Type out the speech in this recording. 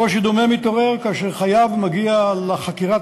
קושי דומה מתעורר כאשר חייב מגיע לחקירת